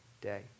day